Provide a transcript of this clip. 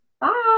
Bye